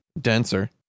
denser